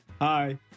Hi